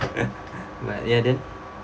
but ya then